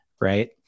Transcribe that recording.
right